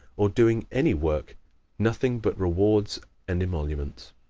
or doing any work nothing but rewards and emoluments.